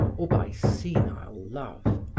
or by senile love.